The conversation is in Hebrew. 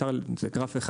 זה גרף אחד.